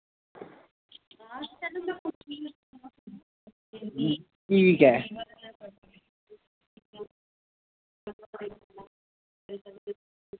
ठीक ऐ